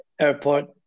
airport